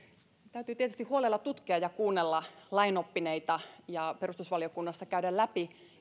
täytyy tietysti huolella tutkia ja kuunnella lainoppineita ja perustuslakivaliokunnassa käydä läpi